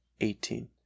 eighteen